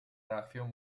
reacción